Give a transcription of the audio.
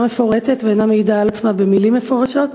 מפורטת ואינה מעידה על עצמה במילים מפורשות,